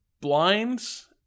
blinds